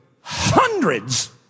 hundreds